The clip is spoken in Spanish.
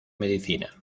medicina